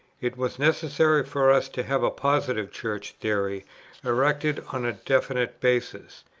it was necessary for us to have a positive church theory erected on a definite basis.